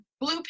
blue